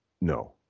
no